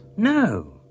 No